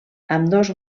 ambdós